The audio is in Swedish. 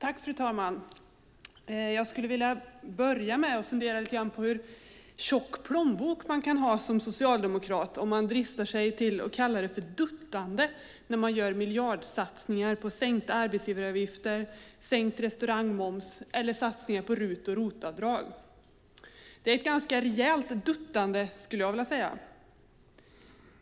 Fru talman! Jag skulle vilja börja med att fundera lite över hur tjock plånbok man kan ha som socialdemokrat om man dristar sig till att kalla det för "duttande" när det handlar om miljardsatsningar på sänkta arbetsgivaravgifter, sänkt restaurangmoms och satsningar på RUT och ROT-avdrag. Det är ett ganska rejält duttande, skulle jag vilja säga.